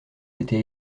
été